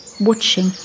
watching